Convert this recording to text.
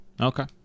Okay